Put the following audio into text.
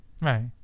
Right